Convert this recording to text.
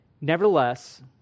Nevertheless